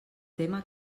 tema